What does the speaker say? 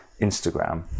Instagram